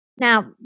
Now